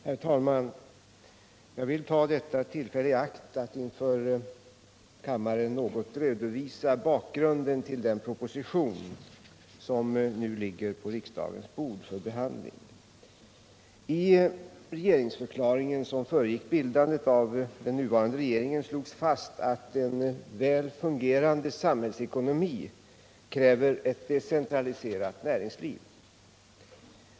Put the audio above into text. Herr talman! Jag vill ta detta tillfälle i akt att inför kammarens ledamöter något redovisa bakgrunden till den proposition som nu ligger på riksdagens bord för behandling. Nr 56 I regeringsförklaringen som föregick bildandet av den nuvarande re Lördagen den geringen slogs fast att en väl fungerande samhällsekonomi kräver ett 17 december 1977 decentraliserat näringsliv.